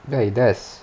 ya it does